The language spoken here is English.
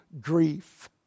grief